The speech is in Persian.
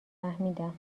فهمیدم